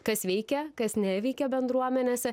kas veikia kas neveikia bendruomenėse